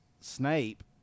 Snape